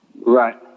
Right